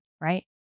right